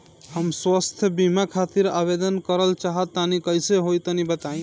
हम स्वास्थ बीमा खातिर आवेदन करल चाह तानि कइसे होई तनि बताईं?